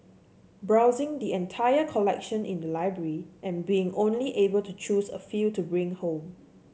browsing the entire collection in the library and being only able to choose a few to bring home